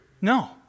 No